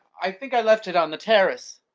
i think i left it on the terrace.